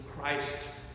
Christ